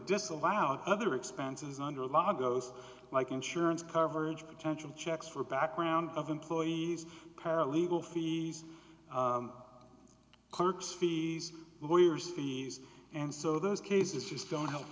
does allow other expenses under law goes like insurance coverage potential checks for background of employees paralegal fees clerks fees lawyers fees and so those cases just don't h